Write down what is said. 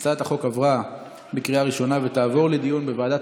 אני מבקש לצרף את חבר הכנסת אוריאל בוסו כתומך ואת חבר הכנסת